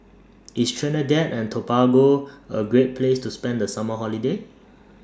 IS Trinidad and Tobago A Great Place to spend The Summer Holiday